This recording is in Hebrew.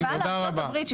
בהשוואה לארצות הברית,